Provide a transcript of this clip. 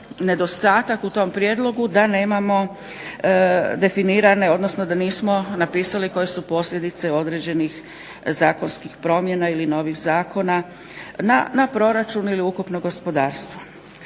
nedostatak u tom prijedlogu da nemamo definirane, odnosno da nismo napisali koje su posljedice određenih zakonskih promjena ili novih zakona na proračun ili ukupno gospodarstvo.